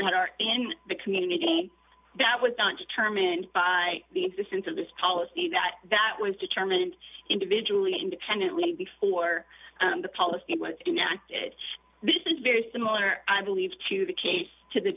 that are in the community that would not determined by the existence of this policy that that was determined individually independently before the policy which this is very similar i believe to the case to the